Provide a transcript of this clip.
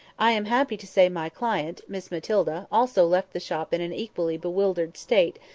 i am happy to say my client, miss matilda, also left the shop in an equally bewildered state,